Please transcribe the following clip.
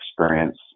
experience